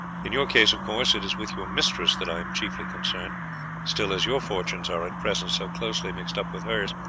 in your case, of course, it is with your mistress that i am chiefly concerned still as your fortunes are at present so closely mixed up with hers,